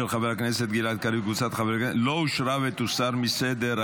של חבר הכנסת גלעד קריב וקבוצת חברי הכנסת לא אושרה ותוסר מסדר-היום.